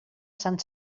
sant